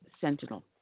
Sentinel